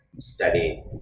study